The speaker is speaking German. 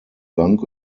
bank